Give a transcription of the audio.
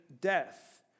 death